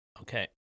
Okay